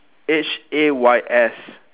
H A Y S